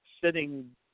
sitting